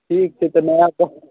ठीक छै तऽ नया कहू